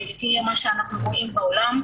לפי מה שאנחנו רואים בעולם,